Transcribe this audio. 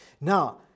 Now